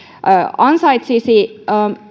ansaitsisi